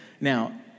now